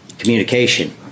Communication